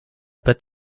bit